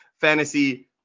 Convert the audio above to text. fantasy